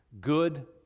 good